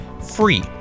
free